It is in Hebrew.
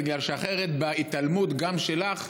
כי אחרת, בהתעלמות, גם שלך,